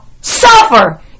suffer